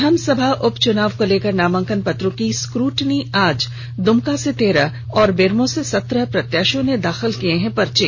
विधानसभा उपचुनाव को लेकर नामांकन पत्रों की स्क्रूटनी आज दुमका से तेरह और बेरमो से सत्रह प्रत्याशियों ने दाखिल किए हैं पर्चे